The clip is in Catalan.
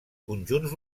conjunts